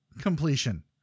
completion